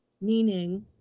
meaning